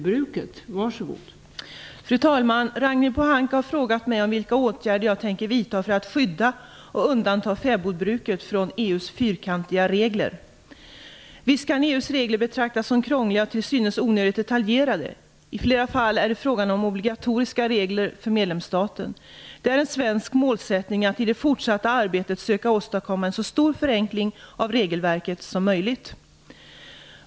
Fru talman! Ragnhild Pohanka har frågat mig om vilka åtgärder jag tänker vidta för att skydda och undanta fäbodbruket från EU:s fyrkantiga regler. Visst kan EU:s regler betraktas som krångliga och till synes onödigt detaljerade. I flera fall är det frågan om obligatoriska regler för medlemsstaten. Det är en svensk målsättning att i det fortsatta arbetet söka åstadkomma en så stor förenkling av regelverket som möjligt.